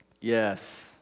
Yes